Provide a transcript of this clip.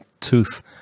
tooth